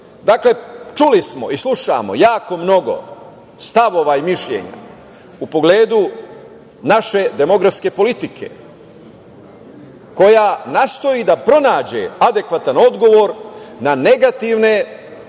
čuli smo i slušamo mnogo stavova i mišljenja u pogledu naše demografske politike koja nastoji da pronađe adekvatan odgovor na negativne